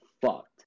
fucked